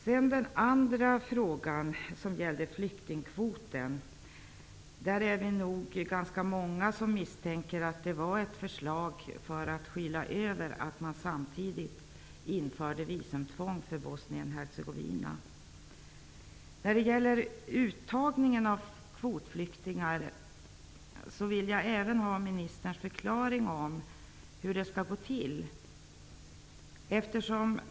Vi är nog ganska många som misstänker att förslaget om flyktingkvoten har kommit till stånd för att skyla över att man samtidigt införde visumtvång för människor från Bosnien Jag vill även att ministern förklarar hur uttagningen av kvotflyktingar skall gå till.